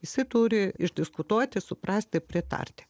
visi turi išdiskutuoti suprasti pritarti